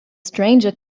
stranger